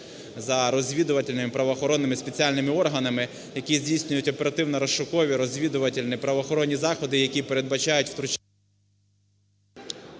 за розвідувальними правоохоронними спеціальними органами, які здійснюють оперативно-розшукові, розвідувальні правоохоронні заходи, які передбачають втручання…